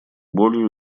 болью